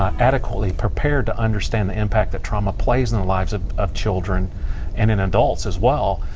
ah adequately prepared to understand the impact that trauma plays in the lives of of children and in adults as well,